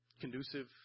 conducive